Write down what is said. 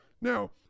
now